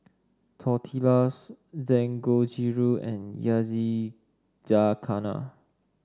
Tortillas Dangojiru and Yakizakana